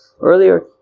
earlier